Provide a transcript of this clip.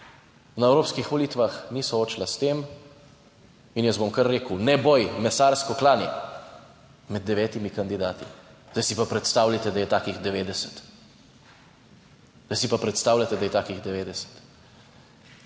na evropskih volitvah ni soočila s tem. In jaz bom kar rekel, ne boj, mesarsko klanje, med devetimi kandidati. Zdaj si pa predstavljajte, da je takih 90, zdaj si pa predstavljajte, da je takih 90.